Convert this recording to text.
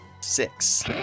Six